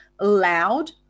loud